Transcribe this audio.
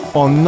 on